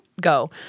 go